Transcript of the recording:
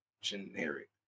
generic